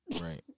Right